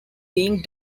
being